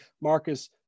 Marcus